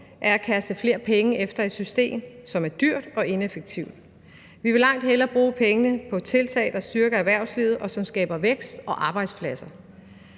er at kaste flere penge efter et system, som er dyrt og ineffektivt. Vi vil langt hellere bruge pengene på tiltag, der styrker erhvervslivet, og som skaber vækst og arbejdspladser.